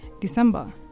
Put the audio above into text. December